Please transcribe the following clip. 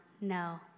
no